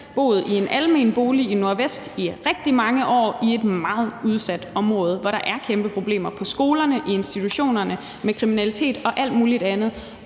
boet i en almen bolig i Nordvest i rigtig mange år i et meget udsat område, hvor der er kæmpe problemer på skolerne, i institutionerne, med kriminalitet og alt muligt andet,